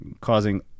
causing